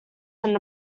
than